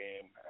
game